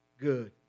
good